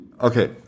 Okay